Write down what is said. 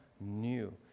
new